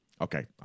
Okay